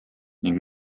ning